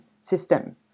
system